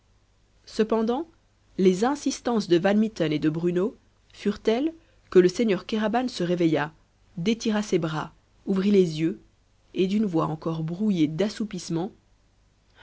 cependant les insistances de van mitten et de bruno furent telles que le seigneur kéraban se réveilla détira ses bras ouvrit les yeux et d'une voix encore brouillée d'assoupissement